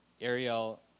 Ariel